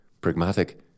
pragmatic